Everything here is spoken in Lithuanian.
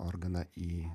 organą į